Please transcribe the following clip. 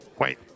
Wait